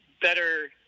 better